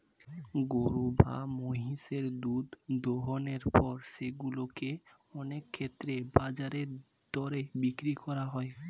গরু বা মহিষের দুধ দোহনের পর সেগুলো কে অনেক ক্ষেত্রেই বাজার দরে বিক্রি করা হয়